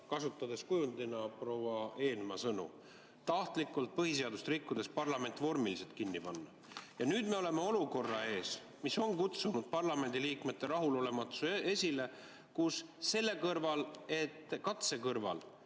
kasutades kujundina proua Eenmaa sõnu, tahtlikult põhiseadust rikkudes parlament vormiliselt kinni panna. Nüüd me oleme olukorra ees, mis on kutsunud esile parlamendiliikmete rahulolematuse: katse kõrval – ja paraku